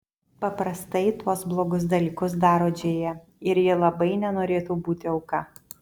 paprastai tuos blogus dalykus daro džėja ir ji labai nenorėtų būti auka